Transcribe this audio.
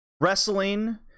wrestling